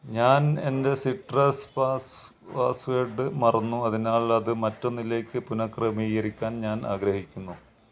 ഞാൻ എൻ്റെ citrus password password മറന്നു അതിനാൽ അത് മറ്റൊന്നിലേക്ക് പുനഃക്രമീകരിക്കാൻ ഞാൻ ആഗ്രഹിക്കുന്നു